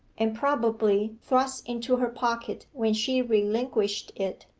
and probably thrust into her pocket when she relinquished it,